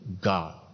God